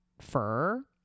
fur